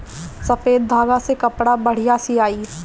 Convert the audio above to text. सफ़ेद धागा से कपड़ा बढ़िया सियाई